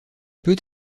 peut